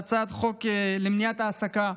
על הצעת החוק למניעת העסקה.